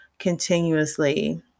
continuously